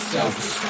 Selfish